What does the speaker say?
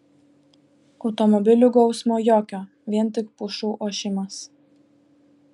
automobilių gausmo jokio vien tik pušų ošimas